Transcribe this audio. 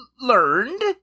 Learned